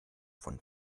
von